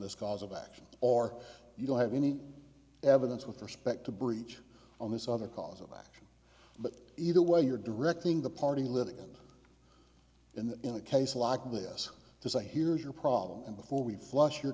this cause of action or you don't have any evidence with respect to breach on this other cause of action but either way you're directing the party living in that in a case like this to say here's your problem and before we flush your